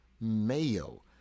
Mayo